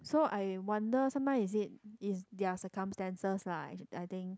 so I wonder sometimes is it is their circumstances lah I I think